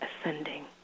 ascending